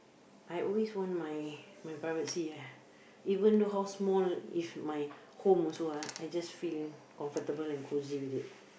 I always want my my privacy ah even though how small is my home also ah I just feel comfortable and cozy with it